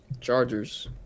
Chargers